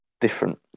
different